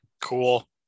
cool